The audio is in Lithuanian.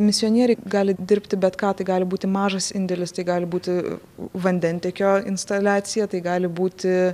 misionieriai gali dirbti bet ką tai gali būti mažas indėlis tai gali būti vandentiekio instaliacija tai gali būti